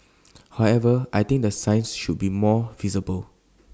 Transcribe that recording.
however I think the signs should be more visible